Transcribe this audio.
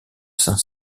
saint